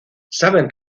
saben